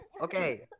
Okay